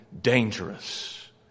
dangerous